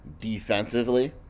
defensively